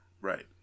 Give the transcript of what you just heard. right